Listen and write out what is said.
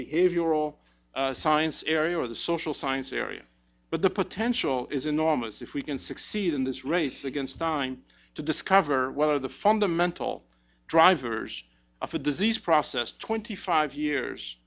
behavioral science area or the social science area but the potential is enormous if we can succeed in this race against time to discover whether the fundamental drivers of a disease process twenty five years